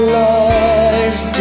lies